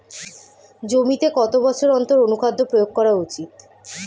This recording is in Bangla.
জমিতে কত বছর অন্তর অনুখাদ্য প্রয়োগ করা উচিৎ?